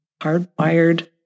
hardwired